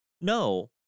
no